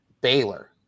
Baylor